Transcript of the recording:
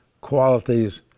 qualities